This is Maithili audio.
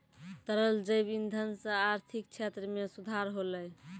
तरल जैव इंधन सँ आर्थिक क्षेत्र में सुधार होलै